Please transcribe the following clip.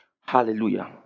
Hallelujah